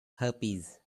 herpes